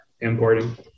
importing